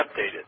updated